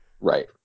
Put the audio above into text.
Right